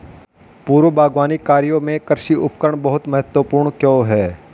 पूर्व बागवानी कार्यों में कृषि उपकरण बहुत महत्वपूर्ण क्यों है?